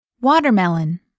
Watermelon